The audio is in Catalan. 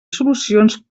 solucions